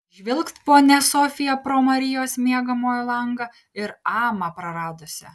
žvilgt ponia sofija pro marijos miegamojo langą ir amą praradusi